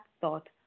thought